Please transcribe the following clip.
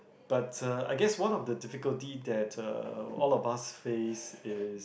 but uh I guess one of the difficulty that uh all of us face is